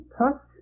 touch